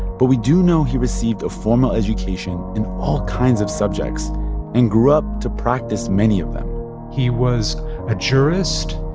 but we do know he received a formal education in all kinds of subjects and grew up to practice many of them he was a jurist.